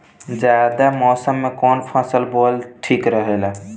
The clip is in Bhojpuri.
जायद मौसम में कउन फसल बोअल ठीक रहेला?